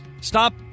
stop